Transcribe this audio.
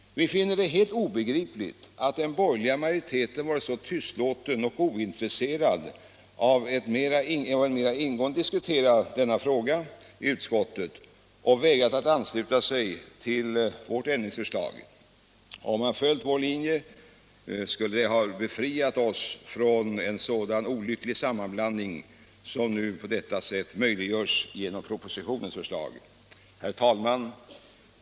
Vi finner det helt obegripligt att den borgerliga majoriteten varit så tystlåten och ointresserad av att mera ingående diskutera denna fråga i utskottet och vägrat att ansluta sig till vårt ändringsförslag. Om man hade följt vår linje skulle det ha befriat oss från en sådan olycklig sammanblandning som nu på detta sätt möjliggörs genom propositionens förslag. Herr talman!